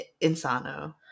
insano